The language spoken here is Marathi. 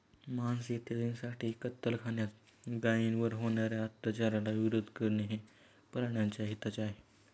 मांस इत्यादींसाठी कत्तलखान्यात गायींवर होणार्या अत्याचाराला विरोध करणे हे प्राण्याच्या हिताचे आहे